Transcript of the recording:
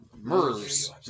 Mers